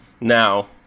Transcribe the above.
Now